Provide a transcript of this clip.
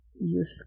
youth